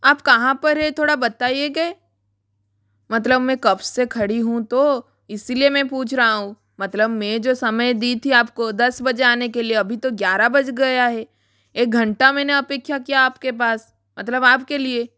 आप कहाँ पर हैं थोड़ा बताइएगा मतलब मैं कब से खड़ी हूँ तो इसीलिए मैं पूछ रही हूँ मतलब मैं जो समय दी थी आपको दस बजे आने के लिए अभी तो ग्यारह बज गया है एक घंटा मैंने अपेक्षा किया आप के पास मतलब आप के लिए